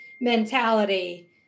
mentality